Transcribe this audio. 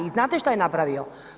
I znate što je napravio?